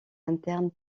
interne